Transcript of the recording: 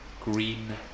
green